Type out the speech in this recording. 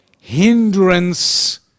hindrance